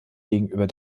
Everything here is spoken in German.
gegenüber